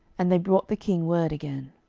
and they brought the king word again.